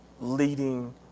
leading